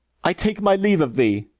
i take my leave of thee.